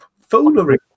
Foolery